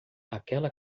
aquela